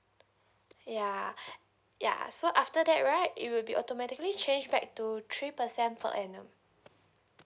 ya ya so after that right it will be automatically change back to three percent per annum